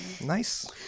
Nice